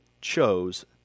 chose